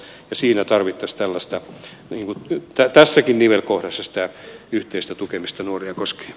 siinä tarvittaisiin tässäkin nivelkohdassa sitä yhteistä tukemista nuoria koskien